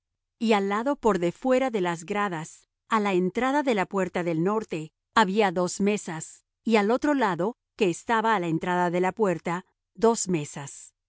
y al lado por de fuera de las gradas á la entrada de la puerta del norte había dos mesas y al otro lado que estaba á la entrada de la puerta dos mesas